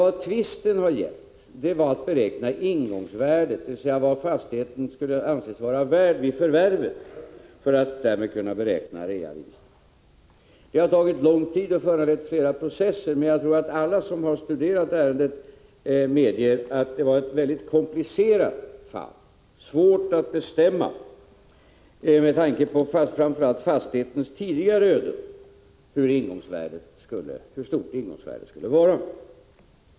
Vad tvisten gällt har nämligen varit att beräkna ingångsvärdet, dvs. vad fastigheten skulle anses vara värd vid förvärvet, för att därmed kunna beräkna reavinsten. Det har tagit lång tid och föranlett flera processer, men jag tror att alla som studerat ärendet medger att det var ett väldigt komplicerat fall. Framför allt med tanke på fastighetens tidigare öden var det svårt att bestämma hur stort ingångsvärdet skulle vara.